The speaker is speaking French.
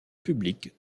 public